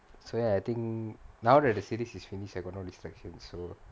so ya I think now the series is finish I got no distraction so